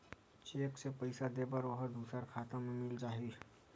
Cheque से पईसा दे बर ओहा दुसर खाता म मिल जाही?